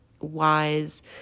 wise